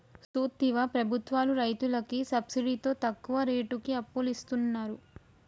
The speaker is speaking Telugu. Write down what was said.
సూత్తివా ప్రభుత్వాలు రైతులకి సబ్సిడితో తక్కువ రేటుకి అప్పులిస్తున్నరు